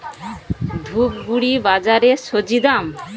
ধূপগুড়ি বাজারের স্বজি দাম?